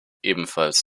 ebenfalls